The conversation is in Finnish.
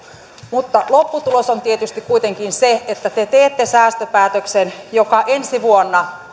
mutta lopputulos on tietysti kuitenkin se että te teette säästöpäätöksen joka ensi vuonna